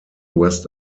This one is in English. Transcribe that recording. west